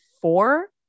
four